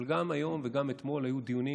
אבל גם היום וגם אתמול היו דיונים,